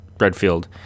Redfield